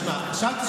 למה?